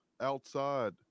outside